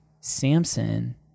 Samson